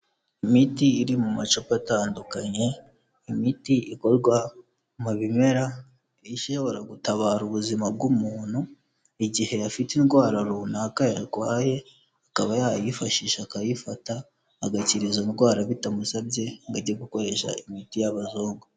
Imiti iri mu macupa atandukanye, imiti ikorwa mu bimera, ishobora gutabara ubuzima bw'umuntu, igihe afite indwara runaka yarwaye, akaba yayifashisha akayifata agakira izo ndwara bitamusabye ngo ajya gukoresha imiti y'abazungu.